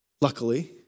luckily